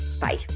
Bye